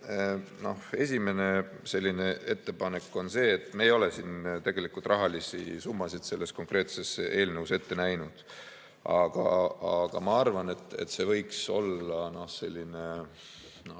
Meie esimene ettepanek on selline. Me ei ole tegelikult rahalisi summasid selles konkreetses eelnõus ette näinud, aga ma arvan, et see võiks olla umbes